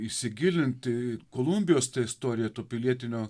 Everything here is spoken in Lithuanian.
įsigilinti į kolumbijos tą istoriją pilietinio